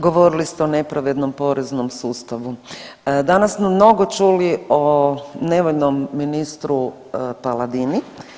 Govorili ste o nepravednom poreznom sustavu, danas smo mnogo čuli o nevoljnom ministru Paladini.